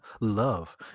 love